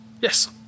Yes